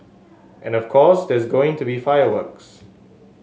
and of course there's going to be fireworks